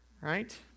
Right